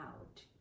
out